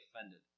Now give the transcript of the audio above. offended